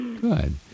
Good